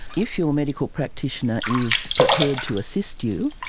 if your medical practitioner is prepared to assist you,